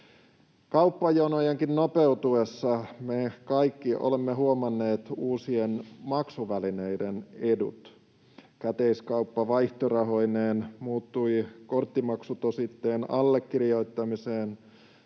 Kauppajonojenkin nopeutuessa me kaikki olemme huomanneet uusien maksuvälineiden edut. Käteiskauppa vaihtorahoineen muuttui korttimaksutositteen allekirjoittamiseen,